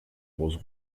roses